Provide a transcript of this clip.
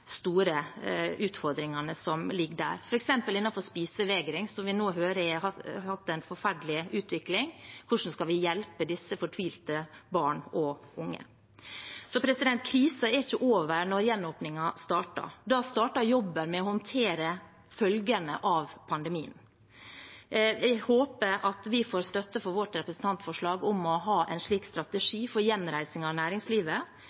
store utfordringene som ligger der, f.eks. innenfor spisevegring, som vi nå hører har hatt en forferdelig utvikling, og hvordan vi skal hjelpe disse fortvilte barna og unge. Så krisen er ikke over når gjenåpningen starter. Da starter jobben med å håndtere følgene av pandemien. Jeg håper at vi får støtte for vårt representantforslag om å ha en strategi for gjenreising av næringslivet,